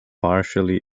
partially